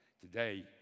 Today